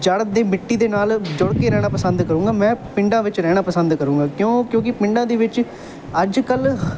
ਜੜ੍ਹ ਦੇ ਮਿੱਟੀ ਦੇ ਨਾਲ ਜੁੜ ਕੇ ਰਹਿਣਾ ਪਸੰਦ ਕਰੂੰਗਾ ਮੈਂ ਪਿੰਡਾਂ ਵਿੱਚ ਰਹਿਣਾ ਪਸੰਦ ਕਰੂੰਗਾ ਕਿਉਂ ਕਿਉਂਕਿ ਪਿੰਡਾਂ ਦੇ ਵਿੱਚ ਅੱਜ ਕੱਲ੍ਹ